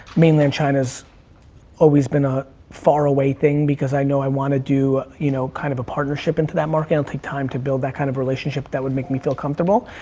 mainland china has always been a far away thing, because i know i want to do, you know, kind of a partnership into that market, and it'll take time to build that kind of relationship that would make me feel comfortable.